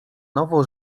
nowo